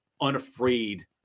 unafraid